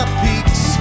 peaks